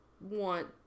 want